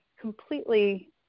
completely